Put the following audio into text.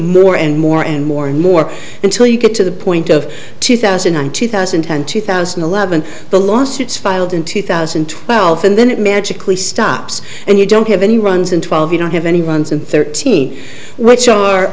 more and more and more and more until you get to the point of two thousand and nine two thousand and ten two thousand and eleven the lawsuits filed in two thousand and twelve and then it magically stops and you don't have any runs in twelve you don't have any runs in thirteen which are